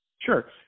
Sure